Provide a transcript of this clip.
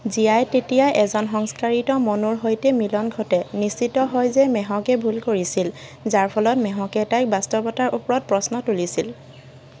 জিয়াই তেতিয়া এজন সংস্কাৰিত মনুৰ হৈতে মিলন ঘটে নিশ্চিত হয় যে মেহকে ভুল কৰিছিল যাৰ ফলত মেহকে তাইক বাস্তৱতাৰ ওপৰত প্ৰশ্ন তুলিছিল